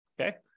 okay